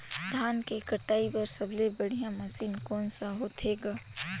धान के कटाई बर सबले बढ़िया मशीन कोन सा होथे ग?